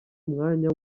umwanya